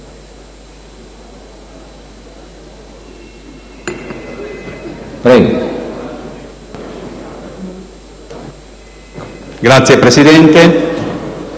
Grazie, Presidente.